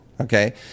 Okay